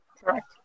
Correct